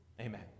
Amen